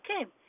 Okay